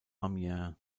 amiens